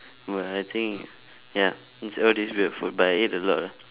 but I think ya it's all this weird food but I ate a lot ah